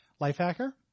Lifehacker